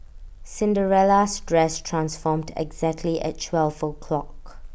Cinderella's dress transformed exactly at twelve o'clock